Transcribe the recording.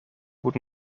moet